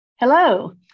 Hello